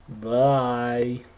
Bye